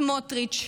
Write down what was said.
סמוטריץ',